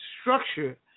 structure